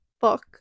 book